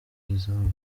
izamu